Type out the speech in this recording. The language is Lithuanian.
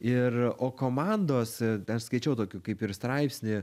ir o komandos dar skaičiau tokį kaip ir straipsnį